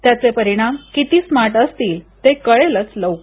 त्याचे परिणाम किती स्मार्ट असतील ते कळेलच लवकर